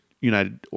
United